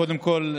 קודם כול,